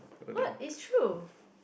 what it's true